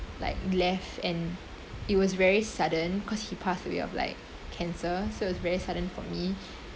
like left and it was very sudden cause he passed away of like cancer so it's very sudden for me